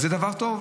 אז זה דבר טוב.